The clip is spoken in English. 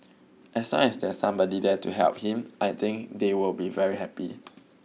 as long as there's somebody there to help him I think they will be very happy